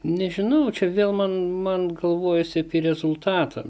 nežinau čia vėl man man galvojosi apie rezultatą